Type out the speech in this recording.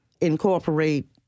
incorporate